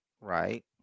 Right